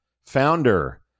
founder